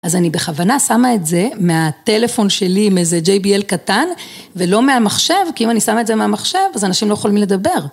אז אני בכוונה שמה את זה מהטלפון שלי עם איזה JBL קטן ולא מהמחשב כי אם אני שמה את זה מהמחשב אז אנשים לא יכולים לדבר.